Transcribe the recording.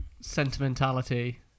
sentimentality